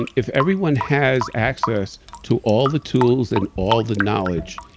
and if everyone has access to all the tools and all the knowledge,